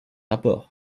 rapports